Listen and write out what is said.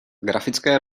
grafické